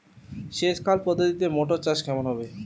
সেচ খাল পদ্ধতিতে মটর চাষ কেমন হবে?